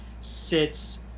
sits